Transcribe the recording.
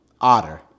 otter